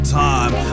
time